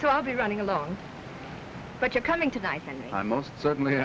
so i'll be running alone but you're coming tonight and i most certainly